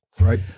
Right